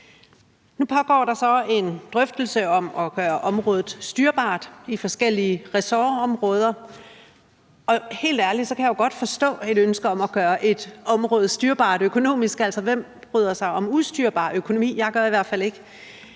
Nu pågår der så en drøftelse om at gøre området styrbart i forskellige ressortområder, og helt ærligt kanjeg jo godt forstå ønsket om at gøre et område styrbart økonomisk set, altså hvem bryder sig om ustyrbar økonomi? Jeg gør i hvert fald ikke.